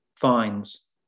finds